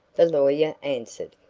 the lawyer answered.